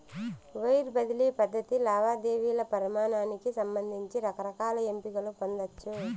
wire బదిలీ పద్ధతి లావాదేవీల పరిమానానికి సంబంధించి రకరకాల ఎంపికలు పొందచ్చు